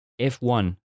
F1